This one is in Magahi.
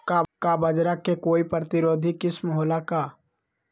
का बाजरा के कोई प्रतिरोधी किस्म हो ला का?